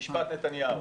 משפט נתניהו.